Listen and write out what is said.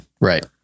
right